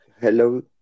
hello